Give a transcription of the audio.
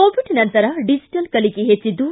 Covid ನಂತರ digital ಕಲಕೆ ಹೆಟ್ಟದ್ದು